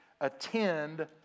attend